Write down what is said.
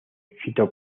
fito